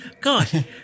God